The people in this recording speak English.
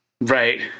Right